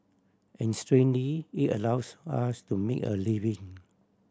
and strangely it allows us to make a living